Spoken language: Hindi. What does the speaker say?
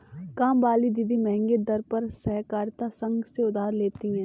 कामवाली दीदी महंगे दर पर सहकारिता संघ से उधार लेती है